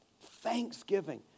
Thanksgiving